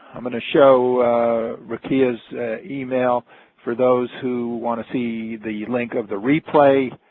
i'm going to show rekaya's email for those who want to see the link of the replay.